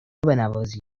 بنوازی